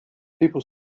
people